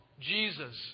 Jesus